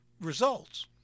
results